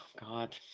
god